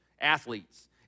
athletes